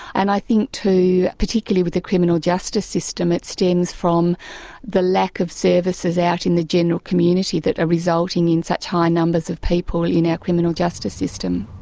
and i think too, particularly with the criminal justice system, it stems from the lack of services out in the general community that are resulting in such high numbers of people in our criminal justice system.